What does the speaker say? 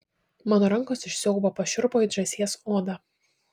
mano rankos iš siaubo pašiurpo it žąsies oda